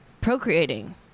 procreating